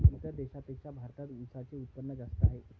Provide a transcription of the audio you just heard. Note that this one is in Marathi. इतर देशांपेक्षा भारतात उसाचे उत्पादन जास्त आहे